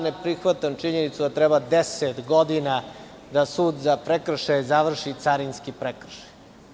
Ne prihvatam činjenicu da treba deset godina da sud za prekršaje završi carinski prekršaj.